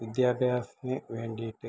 വിദ്യാഭ്യാസത്തിന് വേണ്ടിയിട്ട്